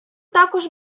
також